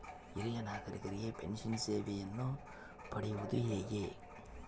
ಹಿರಿಯ ನಾಗರಿಕರಿಗೆ ಪೆನ್ಷನ್ ಸೇವೆಯನ್ನು ಪಡೆಯುವುದು ಹೇಗೆ?